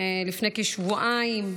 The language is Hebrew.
לפני כשבועיים,